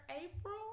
April